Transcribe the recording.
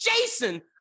Jason